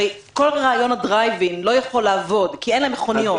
הרי כל רעיון הדרייב-אין לא יכול לעבוד כי אין להם מכוניות.